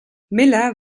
miller